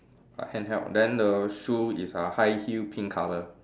handheld then the shoe is uh high heel pink colour